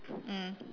mm